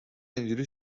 اینجوری